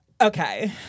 Okay